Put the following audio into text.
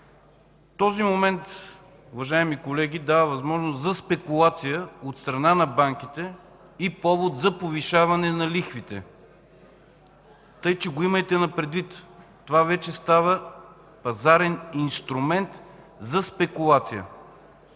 Този момент, уважаеми колеги, дава възможност за спекулация от страна на банките и повод за повишаване на лихвите, тъй че го имайте предвид. Това вече става пазарен инструмент за спекулация.